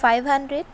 five hundred